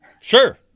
Sure